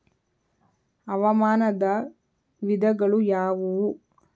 ಹವಾಮಾನದ ವಿಧಗಳು ಯಾವುವು?